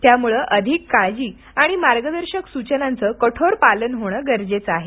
त्यामुळे अधिक काळजी आणि मार्गदर्शक सुचनांचं कठोर पालन होणं गरजेचं आहे